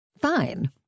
Fine